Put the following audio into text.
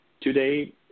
today